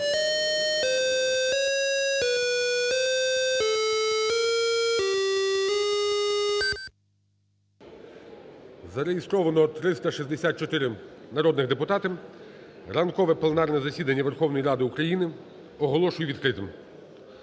Зареєстровано 364 народні депутати. Ранкове пленарне засідання Верховної Ради України оголошую відкритим.